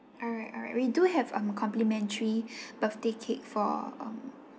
alright alright we do have um complimentary birthday cake for um